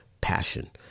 passion